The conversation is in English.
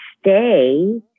stay